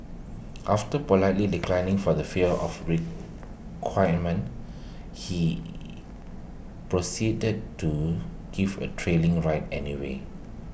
after politely declining for the fear of requirement he proceeded to give A thrilling ride anyway